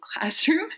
Classroom